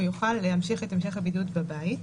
הוא יוכל להמשיך את המשך הבידוד בבית.